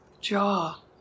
jaw